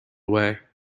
away